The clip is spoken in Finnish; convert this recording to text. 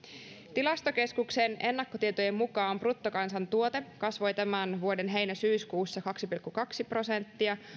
tilastokeskuksen ennakkotietojen mukaan bruttokansantuote kasvoi tämän vuoden heinä syyskuussa kaksi pilkku kaksi prosenttia